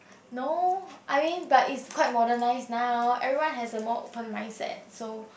no I mean but it's quite modernized now everyone has a more opened mindset so